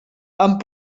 amb